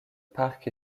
parc